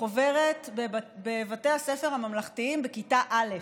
בחוברת בבתי הספר הממלכתיים בכיתה א'.